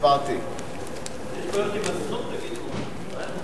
הצעת החוק יישום תוכנית ההתנתקות (תיקון